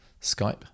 Skype